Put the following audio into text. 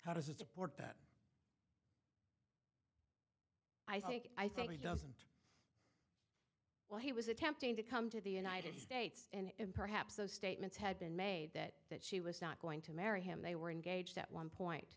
how does it support that i think i think he doesn't well he was attempting to come to the united states and perhaps those statements had been made that that she was not going to marry him they were engaged at one point